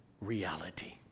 reality